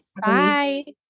Bye